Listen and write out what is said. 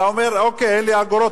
אתה אומר: אוקיי, אלה אגורות.